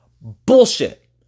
Bullshit